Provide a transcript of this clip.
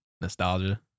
Nostalgia